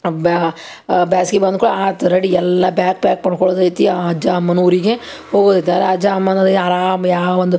ಬ್ಯಾ ಬ್ಯಾಸ್ಗೆ ಬಂದ ಕೂಡ್ಲೇ ಆತು ರೆಡಿ ಎಲ್ಲ ಬ್ಯಾಗ್ ಪ್ಯಾಕ್ ಮಾಡ್ಕೊಳೋದು ಐತಿ ಆ ಅಜ್ಜ ಅಮ್ಮನ ಊರಿಗೆ ಹೋಗೋದು ಐತಿ ಅಜ್ಜ ಅಮ್ಮನ ಜೊತೆಗೆ ಆರಾಮ ಯಾ ಒಂದು